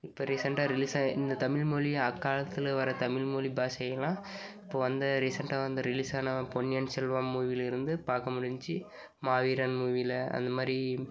இப்போ ரீசண்ட்டாக ரிலீஸாகி இந்த தமிழ் மொழியை அக்காலத்தில் வர்ற தமிழ் மொழி பாஷையெல்லாம் இப்போது வந்த ரீசண்ட்டாக வந்து ரிலீஸ் ஆன பொன்னியின் செல்வன் மூவியிலேருந்து பார்க்க முடிஞ்சிச்சு மாவீரன் மூவியில் அந்தமாதிரி